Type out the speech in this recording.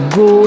go